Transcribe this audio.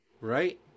Right